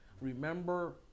Remember